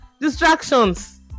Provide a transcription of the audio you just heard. distractions